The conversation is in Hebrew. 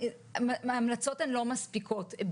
ההמלצות הן לא מספיקות,